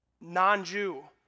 non-Jew